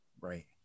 Right